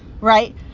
right